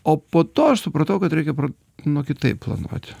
o po to aš supratau kad reikia nu kitaip planuot